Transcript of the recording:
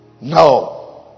no